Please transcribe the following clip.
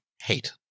Hate